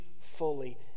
fully